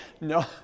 No